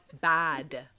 bad